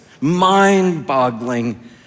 mind-boggling